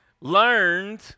learned